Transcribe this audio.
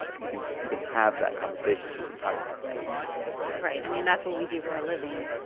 ah you can you can have that conversation. you can talk about that right. i mean, that's what we do for a living.